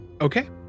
Okay